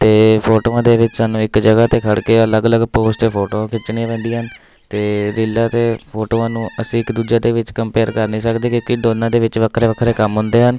ਅਤੇ ਫੋਟੋਆਂ ਦੇ ਵਿੱਚ ਸਾਨੂੰ ਇੱਕ ਜਗ੍ਹਾ 'ਤੇ ਖੜ੍ਹ ਕੇ ਅਲੱਗ ਅਲੱਗ ਪੋਜ਼ 'ਤੇ ਫੋਟੋਆਂ ਖਿੱਚਣੀਆਂ ਪੈਂਦੀਆਂ ਹਨ ਅਤੇ ਰੀਲਾਂ ਅਤੇ ਫੋਟੋਆਂ ਨੂੰ ਅਸੀਂ ਇੱਕ ਦੂਜੇ ਦੇ ਵਿੱਚ ਕੰਪੇਅਰ ਕਰ ਨਹੀਂ ਸਕਦੇ ਕਿਉਂਕਿ ਦੋਨਾਂ ਦੇ ਵਿੱਚ ਵੱਖਰੇ ਵੱਖਰੇ ਕੰਮ ਹੁੰਦੇ ਹਨ